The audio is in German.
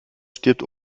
stirbt